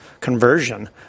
conversion